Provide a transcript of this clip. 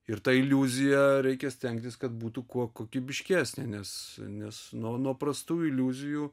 ir ta iliuzija reikia stengtis kad būtų kuo kokybiškesnė nes nes nuo nuo prastų iliuzijų